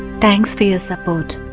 thanks for your support